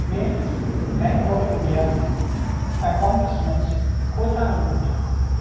میٲنِس bank of India accounts منٛز کوتاہ روٗد؟